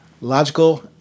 logical